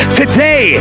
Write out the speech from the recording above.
today